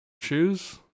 shoes